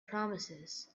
promises